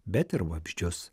bet ir vabzdžius